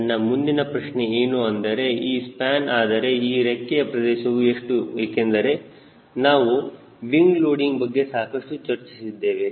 ನನ್ನ ಮುಂದಿನ ಪ್ರಶ್ನೆ ಏನು ಎಂದರೆ ಇದು ಸ್ಪ್ಯಾನ್ ಆದರೆ ಈ ರೆಕ್ಕೆಯ ಪ್ರದೇಶವು ಎಷ್ಟು ಏಕೆಂದರೆ ನಾವು ವಿಂಗ್ ಲೋಡಿಂಗ್ ಬಗ್ಗೆ ಸಾಕಷ್ಟು ಚರ್ಚಿಸಿದ್ದೇವೆ